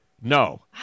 No